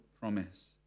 promise